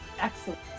Excellent